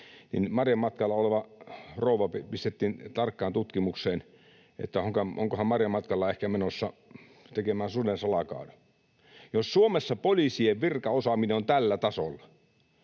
marjamatkalla olevan rouvan tarkkaan tutkimukseen siitä, onkohan marjamatkalla ehkä menossa tekemään suden salakaadon. Jos Suomessa poliisien virkaosaaminen on tällä tasolla,